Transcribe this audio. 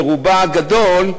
ברובה הגדול,